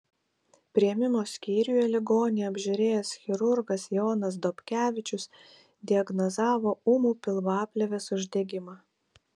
priėmimo skyriuje ligonį apžiūrėjęs chirurgas jonas dobkevičius diagnozavo ūmų pilvaplėvės uždegimą